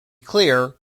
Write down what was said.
clear